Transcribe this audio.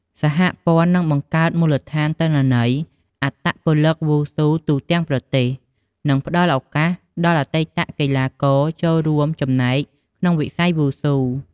សហព័ន្ធនឹងបង្កើតមូលដ្ឋានទិន្នន័យអត្តពលិកវ៉ូស៊ូទូទាំងប្រទេសនឹងផ្ដល់ឱកាសដល់អតីតកីឡាករចូលរួមចំណែកក្នុងវិស័យវ៉ូស៊ូ។